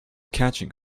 catching